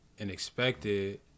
unexpected